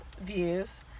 views